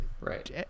right